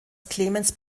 clemens